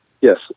yes